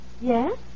Yes